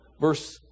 Verse